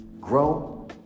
Grow